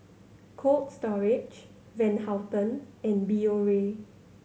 Cold Storage Van Houten and Biore